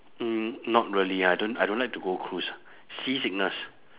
mm not really I don't I don't like to go cruise ah seasickness